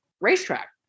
racetrack